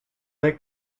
del